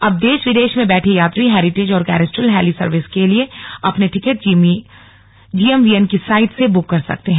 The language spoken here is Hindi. अब देश विदेश में बैठे यात्री हैरिटेज और कैरस्टल हैली सर्विस के लिए अपने टिकट जीएमीवीएन की साइट से बुक कर सकते हैं